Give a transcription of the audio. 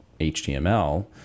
HTML